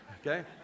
Okay